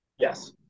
Yes